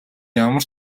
ямар